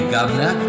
Governor